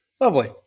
Lovely